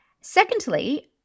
Secondly